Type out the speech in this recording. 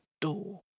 door